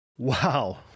Wow